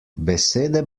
besede